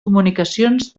comunicacions